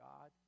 God